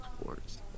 sports